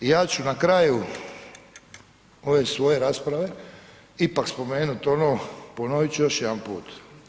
I ja ću na kraju ove svoje rasprave ipak spomenut ono, ponovit ću još jedanput.